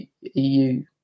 EU